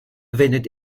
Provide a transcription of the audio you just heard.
wendet